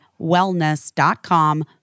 wellness.com